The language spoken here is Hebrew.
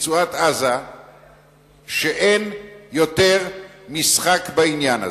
ברצועת-עזה שאין יותר משחק בעניין הזה.